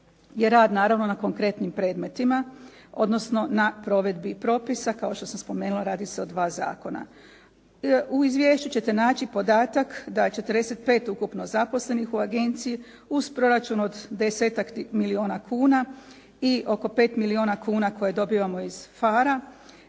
rad naravno na konkretnim predmetima odnosno na provedbi propisa. Kao što sam spomenula radi se o dva zakona. U izvješću ćete naći podatak da je 45 ukupno zaposlenih u agenciji uz proračun od desetak milijuna kuna i oko 5 milijuna kuna koje dobivamo iz FAR-a